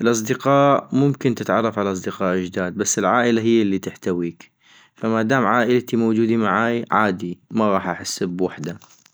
الاصدقاء ممكن تتعرف على أصدقاء جداد بس العائلة هي الي تحتويك، فمادام عائلتي موجودي معاي عادي ما غاح احس بوحدة